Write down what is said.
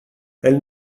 elles